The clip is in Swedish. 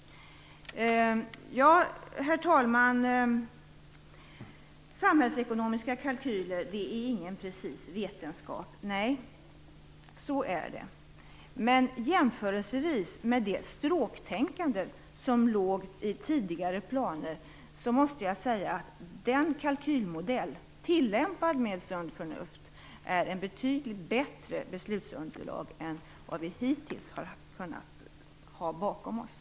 Herr talman! Samhällsekonomiska kalkyler är inte någon precis vetenskap, har det sagts här. Nej, så är det. Men jämfört med det stråktänkande som låg till grund för tidigare planer måste jag säga att den kalkylmodellen, tillämpad med sunt förnuft, ger ett betydligt bättre beslutsunderlag än vad vi tidigare har haft.